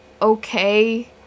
okay